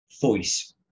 voice